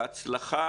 בהצלחה,